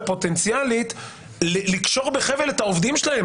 והפוטנציאלית לקשור בחבל את העובדים שלהם.